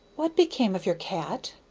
what became of your cat?